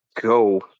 go